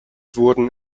wurden